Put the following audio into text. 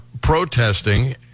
protesting